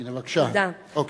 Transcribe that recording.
הנה, בבקשה, אוקיי.